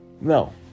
No